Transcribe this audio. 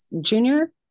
junior